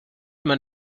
man